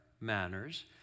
manners